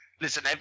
listen